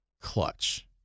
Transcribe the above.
clutch